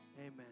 amen